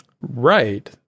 right